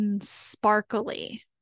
sparkly